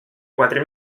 quatre